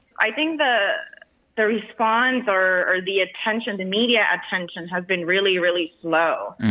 i think the the response or the attention the media attention has been really, really slow.